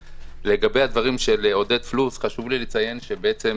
לגבי הדברים של עודד פלוס חשוב לי לציין שבעצם